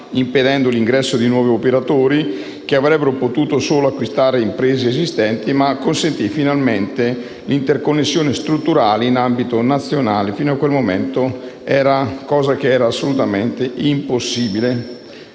impedendo l'ingresso di nuovi operatori (che avrebbero potuto solo acquistare imprese esistenti), ma consentì finalmente l'interconnessione strutturale in ambito nazionale (fino a quel momento era possibile solo quella funzionale,